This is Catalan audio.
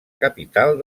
capital